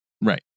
right